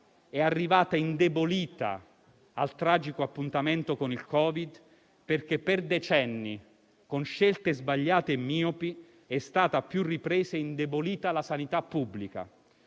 è arrivata indebolita al tragico appuntamento con il Covid perché per decenni, con scelte sbagliate e miopi, è stata a più riprese indebolita la sanità pubblica.